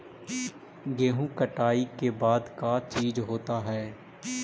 गेहूं कटाई के बाद का चीज होता है?